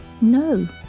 No